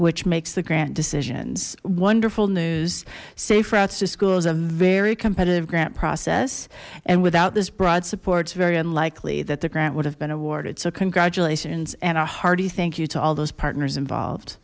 which makes the grant decisions wonderful news safe routes to school is a very competitive grant process and without this broad supports very unlikely that the grant would have been awarded so congratulations and a hearty thank you to all those partners involved